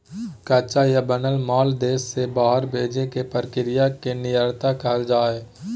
कच्चा या बनल माल देश से बाहर भेजे के प्रक्रिया के निर्यात कहल जा हय